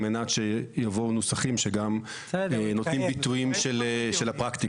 על מנת שיביאו נוסחים שנותנים ביטויים של הפרקטיקה.